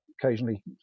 occasionally